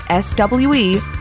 SWE